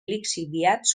lixiviats